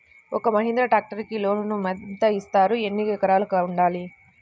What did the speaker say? ఒక్క మహీంద్రా ట్రాక్టర్కి లోనును యెంత ఇస్తారు? ఎన్ని ఎకరాలు ఉండాలి?